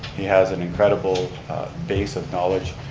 he has an incredible base of knowledge,